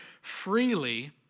freely